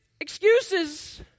excuses